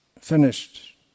finished